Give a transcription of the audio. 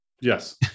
Yes